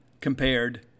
compared